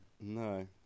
No